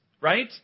right